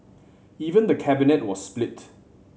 even the Cabinet was split